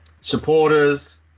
supporters –